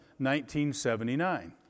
1979